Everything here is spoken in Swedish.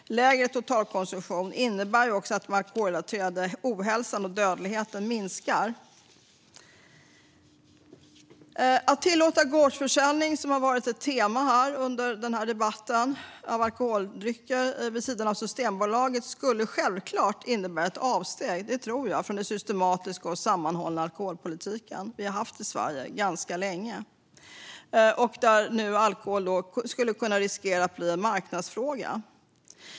Lägre totalkonsumtion innebär också att den alkoholrelaterade ohälsan och dödligheten minskar. Att tillåta gårdsförsäljning av alkoholdrycker vid sidan av Systembolaget, vilket varit ett tema under dagens debatt, skulle självklart innebära ett avsteg från den systematiska och sammanhållna alkoholpolitik vi länge har haft i Sverige. Alkohol riskerar då att bli en marknadsfråga.